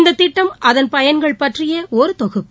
இந்ததிட்டம் அதன் பயன்கள் பற்றியஒருதொகுப்பு